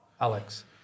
Alex